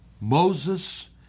Moses